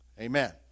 Amen